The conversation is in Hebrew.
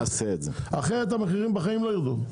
אחרת המחירים בחיים לא ירדו.